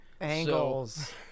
angles